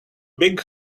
big